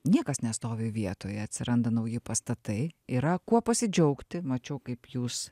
niekas nestovi vietoje atsiranda nauji pastatai yra kuo pasidžiaugti mačiau kaip jūs